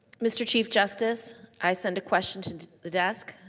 mr. chief justice, i send a question to the desk.